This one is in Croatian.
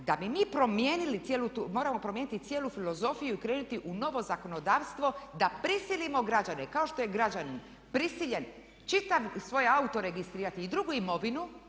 tu, moramo promijeniti cijelu filozofiju i krenuti u novo zakonodavstvo da prisilimo građane, kao što je građanin prisiljen čitav svoj auto registrirati i drugu imovinu,